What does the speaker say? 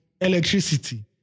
electricity